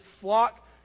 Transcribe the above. flock